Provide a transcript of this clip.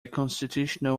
constitutional